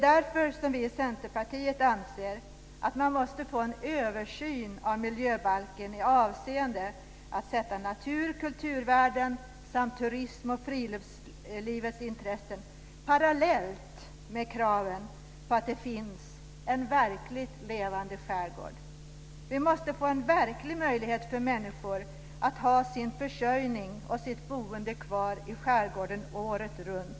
Därför anser vi i Centerpartiet att man måste få en översyn av miljöbalken i syfte att värna natur och kulturvärden samt turism och friluftslivets intressen parallellt med kravet på att det finns en verkligt levande skärgård. Vi måste få en verklig möjlighet för människor att ha sin försörjning och sitt boende kvar i skärgården året runt.